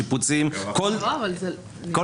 שיפוצים כל פונקציה.